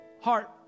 heart